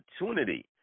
opportunity